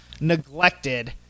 neglected